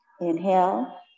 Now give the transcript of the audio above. Inhale